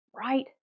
right